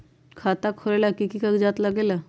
खाता खोलेला कि कि कागज़ात लगेला?